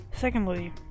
Secondly